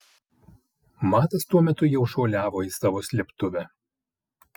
matas tuo metu jau šuoliavo į savo slėptuvę